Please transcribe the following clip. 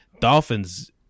Dolphins